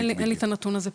אין לי את הנתון הזה פה,